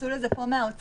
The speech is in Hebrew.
התייחסו לזה פה מהאוצר,